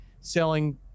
selling